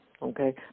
okay